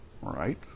right